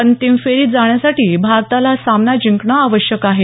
अंतिम फेरीत जाण्यासाठी भारताला हा सामना जिंकणं आवश्यक आहे